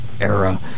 era